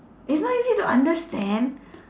it's not easy to understand